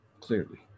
clearly